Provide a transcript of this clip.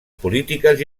polítiques